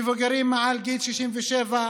מבוגרים מעל גיל 67,